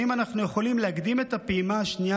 האם אנחנו יכולים להקדים את הפעימה השנייה